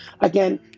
Again